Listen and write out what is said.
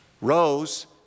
Rose